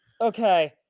Okay